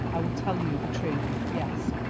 i will tell you the truth. yes,